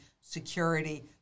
security